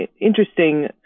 interesting